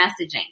messaging